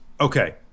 Okay